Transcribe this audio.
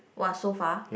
[wah] so far